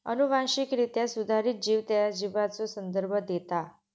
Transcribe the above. अनुवांशिकरित्या सुधारित जीव त्या जीवाचो संदर्भ देता